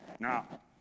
Now